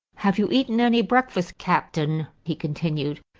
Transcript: have you eaten any breakfast, captain? he continued,